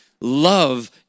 Love